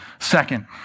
Second